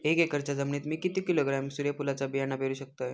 एक एकरच्या जमिनीत मी किती किलोग्रॅम सूर्यफुलचा बियाणा पेरु शकतय?